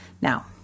Now